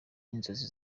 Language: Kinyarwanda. inzozi